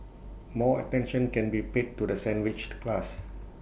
more attention can be paid to the sandwiched class